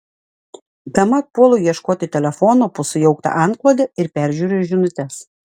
bemat puolu ieškoti telefono po sujaukta antklode ir peržiūriu žinutes